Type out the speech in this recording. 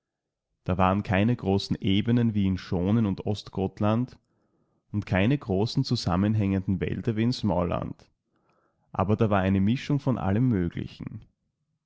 da waren keine großen ebenen wie in schonen und ostgotland und keine großen zusammenhängenden wälder wie in smaaland aber da war eine mischung vonallemmöglichen